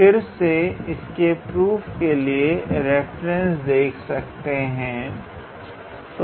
फिर से इसके प्रूफ के लिए रेफरेंसेस देख सकते हैं